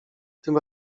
tym